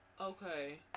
Okay